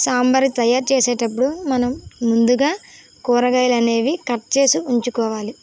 సాంబార్ తయారు చేసేటప్పుడు మనం ముందుగా కూరగాయలనేవి కట్ చేసి ఉంచుకోవాలి